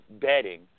bedding